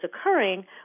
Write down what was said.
occurring